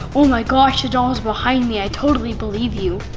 oh my gosh! the doll's behind me. i totally believe you.